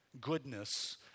goodness